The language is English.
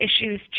issues